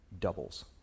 doubles